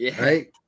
right